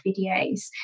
videos